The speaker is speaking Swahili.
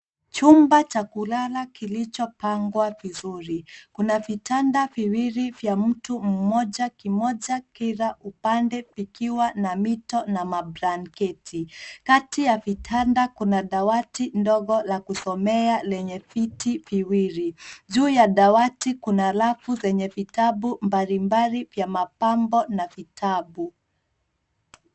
Chumba cha kulala kilichopangwa vizuri. Kuna vitanda viwili vya mtu mmoja kimoja kila upande vikiwa na mito na mablanketi. Kati ya vitanda kuna dawati ndogo la kusomea lenye viti viwili. Juu ya dawati kuna rafu zenye vitabu mbalimbali vya mapambo na vitabu.